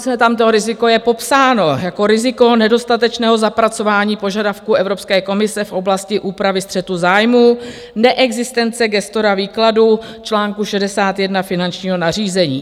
Dokonce tam to riziko je popsáno jako riziko nedostatečného zapracování požadavků Evropské komise v oblasti úpravy střetu zájmů, neexistence gestora výkladu článku 61 finančního nařízení.